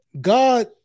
God